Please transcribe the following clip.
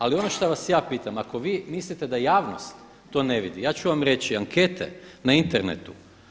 Ali ono šta vas ja pitam, ako vi mislite da javnost to ne vidi ja ću vam reći, ankete na internetu,